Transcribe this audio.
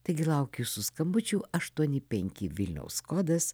taigi laukiu jūsų skambučių aštuoni penki vilniaus kodas